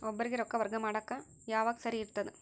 ಒಬ್ಬರಿಗ ರೊಕ್ಕ ವರ್ಗಾ ಮಾಡಾಕ್ ಯಾವಾಗ ಸರಿ ಇರ್ತದ್?